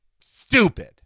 stupid